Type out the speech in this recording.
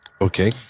Okay